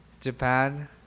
Japan